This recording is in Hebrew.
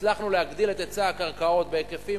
הצלחנו להגדיל את היצע הקרקעות בהיקפים